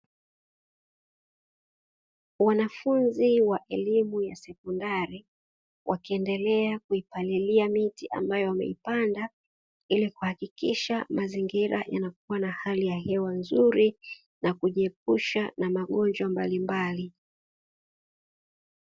Wanafunzi wa elimu ya sekondari wakiendelea kuipalilia miti ambayo wameipanda, ili kuhakikisha mazingira yanakuwa na hali ya hewa nzuri na kujiepusha na magonjwa mbalimbali.